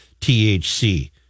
THC